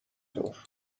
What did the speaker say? طور